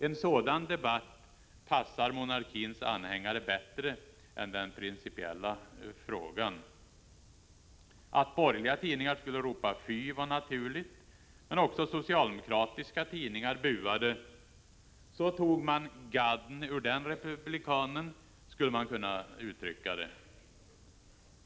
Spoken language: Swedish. En sådan debatt passar monarkins anhängare bättre än den principiella frågan. Att borgerliga tidningar skulle ropa fy var naturligt, men också socialdemokratiska tidningar buade. Så tog man gadden ur den republikanen, skulle man kunna uttrycka det!